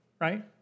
right